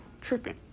Tripping